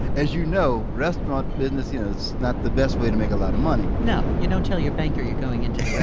as you know, the restaurant business you know is not the best way to make a lot of money no, you don't tell your banker you're going into